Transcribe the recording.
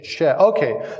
Okay